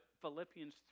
Philippians